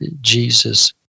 Jesus